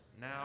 now